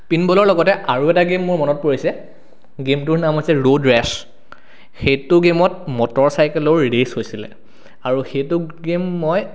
pin বলৰ লগতে আৰু এটা গেম মোৰ মনত পৰিছে গেমটোৰ নাম হৈছে ৰ'ড ৰেছ সেইটো গেমত মটৰ চাইকলৰ ৰেছ হৈছিলে আৰু সেইটো গেম মই